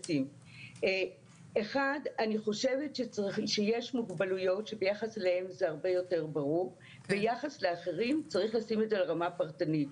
אני חושבת שיש מוגבלויות שביחס לאחרים צריך לשים את זה ברמה הפרטנית,